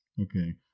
Okay